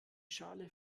schale